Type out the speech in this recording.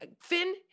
Finn